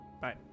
Bye